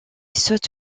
saute